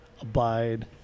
abide